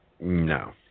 No